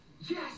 Yes